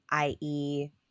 IE